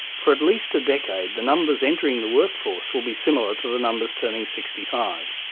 for at least a decade the numbers entering the workforce will be similar to the numbers turning sixty five.